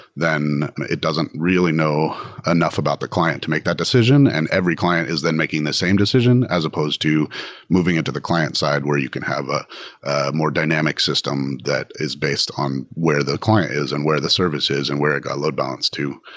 then it doesn't really know enough about the client to make that decision, and every client is then making the same decision as opposed to moving into the client side where you can have a more dynamic system that is based on where the client is and where the service is and where it got a load balanced to.